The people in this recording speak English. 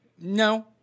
No